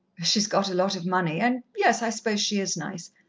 she's got a lot of money, and yes, i suppose she is nice.